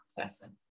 person